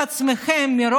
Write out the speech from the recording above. הודעת הממשלה בהתאם לסעיף 9(א)(11)